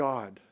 God